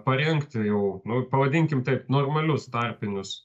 parengti jau nu pavadinkim taip normalius tarpinius